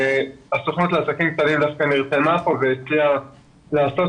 הסוכנות לעסקים קטנים דווקא נרתמה כאן והציעה לעשות